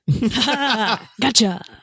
Gotcha